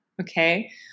Okay